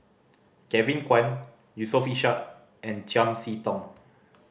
Kevin Kwan Yusof Ishak and Chiam See Tong